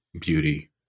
beauty